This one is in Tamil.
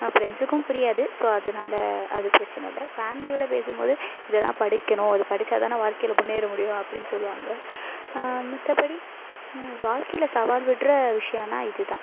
என் ஃபிரெண்ட்ஸுக்கும் புரியாது ஸோ அதனால அது பிரச்சனை இல்லை ஃபேமிலியோட பேசும்போது இதைதான் படிக்கணும் இதை படிச்சாதானே வாழ்க்கையில் முன்னேற முடியும் அப்படின்னு சொல்வாங்க மத்தபடி வாழ்கையில் சவால் விட்ற விஷயன்னா இதுதான்